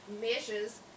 measures